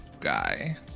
guy